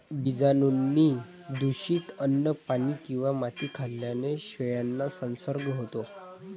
बीजाणूंनी दूषित अन्न, पाणी किंवा माती खाल्ल्याने शेळ्यांना संसर्ग होतो